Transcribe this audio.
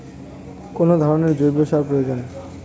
কোন ধরণের জৈব সার প্রয়োজন?